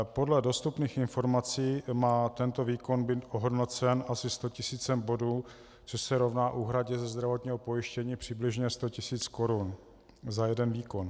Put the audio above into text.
Podle dostupných informací má tento výkon být ohodnocen asi sto tisíci bodů, což se rovná úhradě ze zdravotního pojištění přibližně sto tisíc korun za jeden výkon.